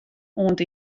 oant